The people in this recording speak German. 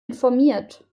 informiert